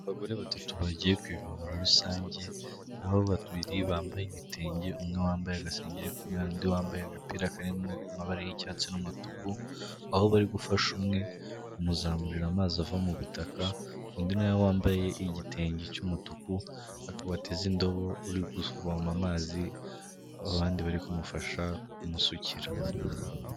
Abagore batatu bagiye ku ivomero rusange, aho babiri bambaye ibitenge, umwe wambaye agasengeri k'umweru n'undi wambaye agapira karimo amabara y'icyatsi n'umutuku, aho bari gufasha umwe kumuzamurira amazi ava mu butaka, undi na we wambaye igitenge cy'umutuku ariko wabateza indobo uri kuvoma amazi abandi bari kumufasha kumusukira.